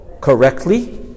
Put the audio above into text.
correctly